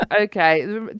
okay